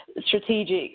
strategic